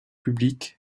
public